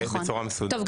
טוב,